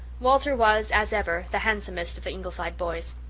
walter was, as ever, the handsomest of the ingleside boys.